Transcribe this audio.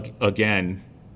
again